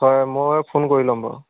হয় মই ফোন কৰি লম বাৰু